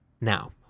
Now